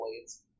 blades